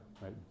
right